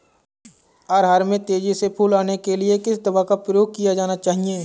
अरहर में तेजी से फूल आने के लिए किस दवा का प्रयोग किया जाना चाहिए?